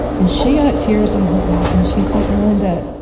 and she got tears in her eyes and she said, melynda,